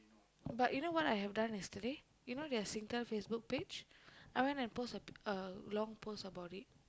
but you know what I've done yesterday you know their Singtel Facebook page I went and post a long post about it